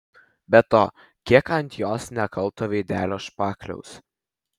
be to kiek ant jos nekalto veidelio špakliaus